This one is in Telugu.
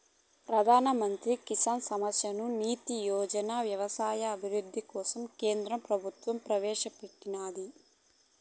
ప్రధాన్ మంత్రి కిసాన్ సమ్మాన్ నిధి యోజనని వ్యవసాయ అభివృద్ధి కోసం కేంద్ర ప్రభుత్వం ప్రవేశాపెట్టినాది